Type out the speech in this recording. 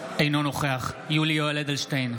אינו נוכח יולי יואל אדלשטיין,